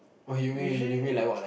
usually